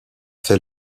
fait